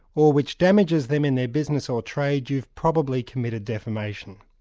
or which damages them in their business or trade, you've probably committed defamation.